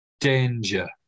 Danger